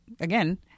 again